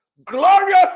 Glorious